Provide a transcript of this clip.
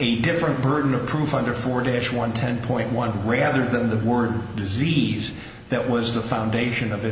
a different burden of proof under forty one ten point one rather than the word disease that was the foundation of